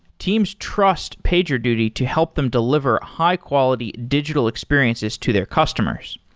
teams trust pagerduty to help them deliver high-quality digital experiences to their customers.